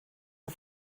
der